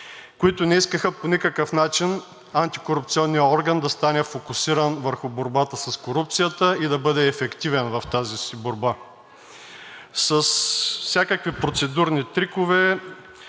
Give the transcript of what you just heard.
които не искаха по никакъв начин антикорупционният орган да бъде фокусиран върху борбата срещу корупцията и да бъде ефективен в тази си борба. С всякакви процедурни трикове